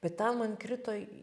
bet ten man krito į